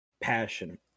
passion